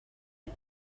and